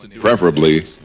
preferably